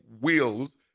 wheels